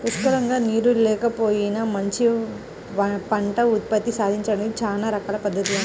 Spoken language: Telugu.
పుష్కలంగా నీరు లేకపోయినా మంచి పంట ఉత్పత్తి సాధించడానికి చానా రకాల పద్దతులున్నయ్